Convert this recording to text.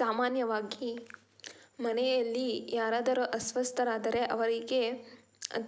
ಸಾಮಾನ್ಯವಾಗಿ ಮನೆಯಲ್ಲಿ ಯಾರಾದರೂ ಅಸ್ವಸ್ಥರಾದರೆ ಅವರಿಗೆ